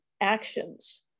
actions